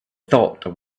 thought